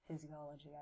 physiology